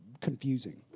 confusing